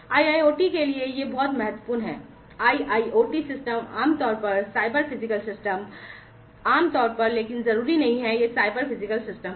IIoT के लिए यह बहुत महत्वपूर्ण है IIoT सिस्टम आमतौर पर साइबर फिजिकल सिस्टम आमतौर पर लेकिन जरूरी नहीं कि ये साइबर फिजिकल सिस्टम हो